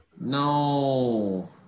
No